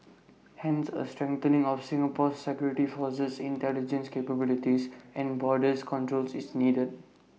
hence A strengthening of Singapore's security forces intelligence capabilities and border controls is needed